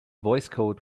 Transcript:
voicecode